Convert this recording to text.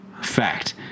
Fact